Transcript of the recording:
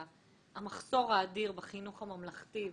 המחסור האדיר בחינוך הממלכתי,